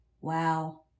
Wow